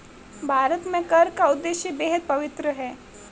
भारत में कर का उद्देश्य बेहद पवित्र है